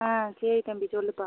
ஆ சரி தம்பி சொல்லுப்பா